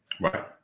Right